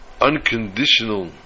unconditional